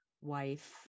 wife